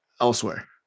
elsewhere